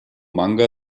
manga